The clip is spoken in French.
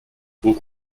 haut